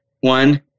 One